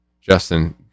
Justin